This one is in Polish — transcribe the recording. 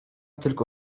tylko